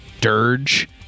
dirge